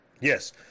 Yes